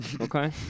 okay